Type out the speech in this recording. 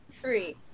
three